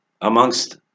amongst